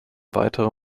weitere